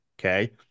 Okay